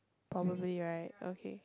probably right okay